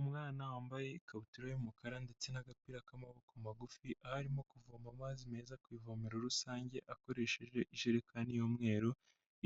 Umwana wambaye ikabutura y'umukara ndetse n'agapira k'amaboko magufi arimo kuvoma amazi meza ku ivomero rusange akoresheje ijerekani y'umweru,